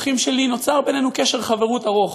ממושכים שלי נוצר בינינו קשר חברות ארוך,